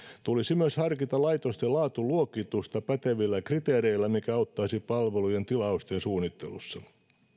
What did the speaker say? tulisi myös harkita laitosten laatuluokitusta pätevillä kriteereillä mikä auttaisi palvelujen tilausten suunnittelussa